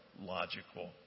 logical